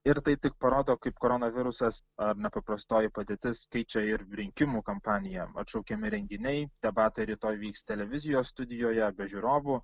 ir tai tik parodo kaip koronavirusas ar nepaprastoji padėtis keičia ir rinkimų kampaniją atšaukiami renginiai debatai rytoj vyks televizijos studijoje be žiūrovų